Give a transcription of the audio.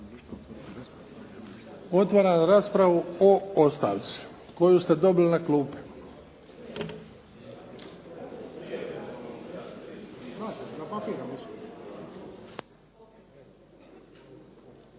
Otvaram raspravu o ostavci koju ste dobili na klupe.